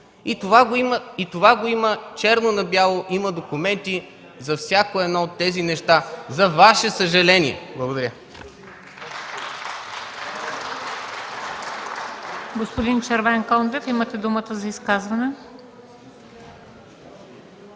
И това го има черно на бяло, има документи за всяко от тези неща, за Ваше съжаление! Благодаря.